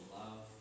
love